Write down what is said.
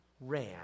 ran